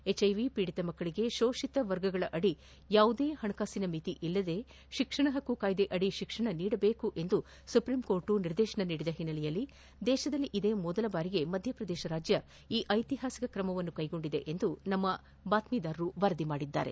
HIV ಪೀಡಿತ ಮಕ್ಕಳಿಗೆ ಶೋಷಿತ ವರ್ಗಗಳಡಿ ಯಾವುದೇ ಹಣಕಾಸಿನ ಮಿತಿಇಲ್ಲದೇ ಶಿಕ್ಷಣ ಹಕ್ಕು ಕಾಯ್ಸೆಯಡಿ ಶಿಕ್ಷಣ ನೀಡಬೇಕೆಂದು ಸುಪ್ರಿಂಕೋರ್ಟ್ ನಿರ್ದೇಶನದ ಹಿನ್ನೆಲೆ ದೇಶದಲ್ಲಿ ಇದೇ ಮೊದಲ ಬಾರಿಗೆ ಮಧ್ಯಪ್ರದೇಶ ರಾಜ್ಯ ಈ ಐತಿಹಾಸಿಕ ಕ್ರಮವನ್ನು ಕೈಗೊಂಡಿದೆ ಎಂದು ನಮ್ಮ ಆಕಾಶವಾಣಿ ಬಾತ್ತೀದಾರರು ವರದಿ ಮಾಡಿದ್ದಾರೆ